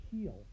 heal